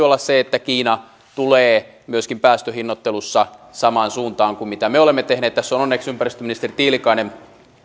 olla se että kiina tulee myöskin päästöhinnoittelussa samaan suuntaan kuin mitä me olemme tehneet tässä on onneksi ympäristöministeri tiilikainen